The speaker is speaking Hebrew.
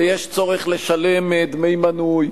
ויש צורך לשלם דמי מנוי,